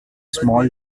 small